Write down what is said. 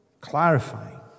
clarifying